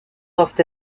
doivent